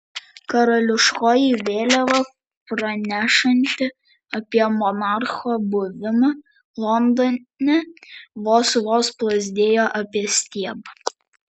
karališkoji vėliava pranešanti apie monarcho buvimą londone vos vos plazdėjo apie stiebą